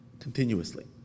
Continuously